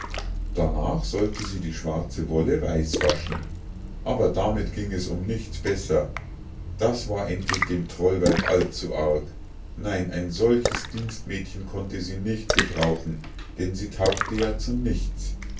darnach sollte sie die schwarze wolle weiß waschen aber damit ging es um nichts besser das war endlich dem trollweib allzu arg nein ein solches dienstmädchen konnte sie nicht gebrauchen denn sie taugte ja zu nichts